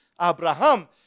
Abraham